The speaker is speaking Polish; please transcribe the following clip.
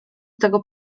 tego